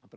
il